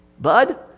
bud